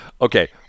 Okay